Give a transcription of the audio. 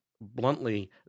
bluntly